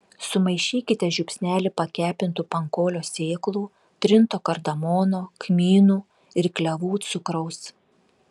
sumaišykite žiupsnelį pakepintų pankolio sėklų trinto kardamono kmynų ir klevų cukraus